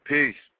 Peace